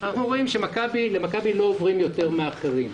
אנחנו רואים שלמכבי לא עוברים יותר מאחרים.